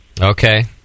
Okay